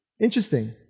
Interesting